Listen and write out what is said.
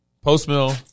Post-mill